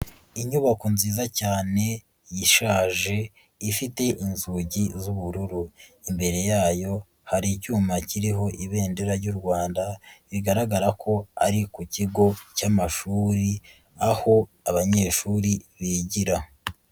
Inyubako nziza cyane ishaje ifite inzugi z'ubururu, imbere yayo hari icyuma kiriho ibendera ry'u Rwanda bigaragara ko ari ku kigo cyamashuri aho abanyeshuri bigira.